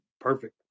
Perfect